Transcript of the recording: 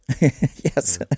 Yes